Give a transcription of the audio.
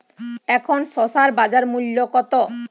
এখন শসার বাজার মূল্য কত?